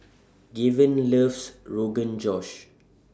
Gaven loves Rogan Josh